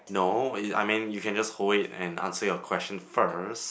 no I mean you can just hold it and answer your question first